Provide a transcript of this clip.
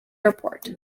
airport